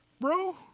bro